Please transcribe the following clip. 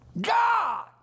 God